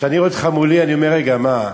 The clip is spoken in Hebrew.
כשאני רואה אותך מולי אני אומר: רגע, מה,